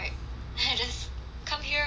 ha I just come here um